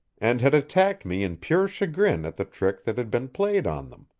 and had attacked me in pure chagrin at the trick that had been played on them.